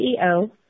CEO